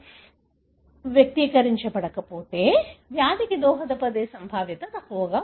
చర్మ కణజాలం లో జన్యువు వ్యక్తీకరించబడకపోతే వ్యాధికి దోహదపడే సంభావ్యత తక్కువగా ఉంటుంది